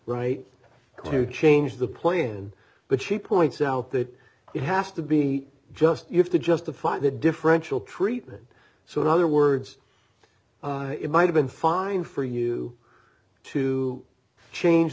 right to change the point but she points out that it has to be just you have to justify the differential treatment so in other words it might have been fine for you to change